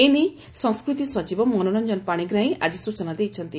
ଏନେଇ ସଂସ୍କୃତି ସଚିବ ମନୋରଞ୍ଞନ ପାଶିଗ୍ରାହୀ ଆକି ସୂଚନା ଦେଇଛନ୍ତି